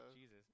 Jesus